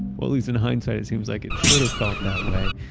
but least in hindsight, it seems like it should have felt that way,